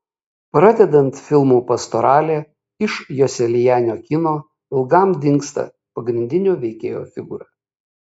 pradedant filmu pastoralė iš joselianio kino ilgam dingsta pagrindinio veikėjo figūra